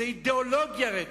זו אידיאולוגיה, רצח.